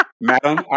Madam